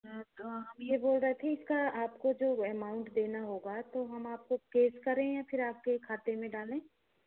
हाँ तो हम ये बोल रहे थे इसका आपको जो एमाउंट देना होगा तो हम आपको केस करें या फिर आपके खाते में डालें